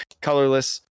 colorless